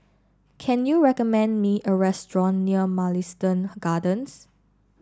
can you recommend me a restaurant near Mugliston Gardens